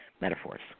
Metaphors